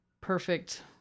perfect